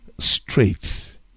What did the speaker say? Straight